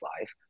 life